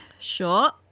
Sure